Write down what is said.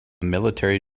military